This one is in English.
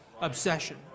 obsession